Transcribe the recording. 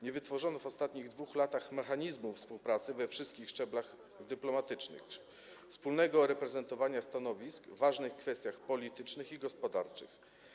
Nie wytworzono w ostatnich 2 latach mechanizmu współpracy na wszystkich szczeblach dyplomatycznych, wspólnego reprezentowania stanowisk w ważnych kwestiach politycznych i gospodarczych.